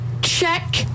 check